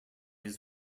his